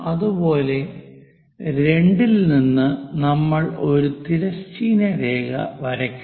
അതുപോലെ 2 ൽ നിന്ന് നമ്മൾ ഒരു തിരശ്ചീന രേഖ വരയ്ക്കണം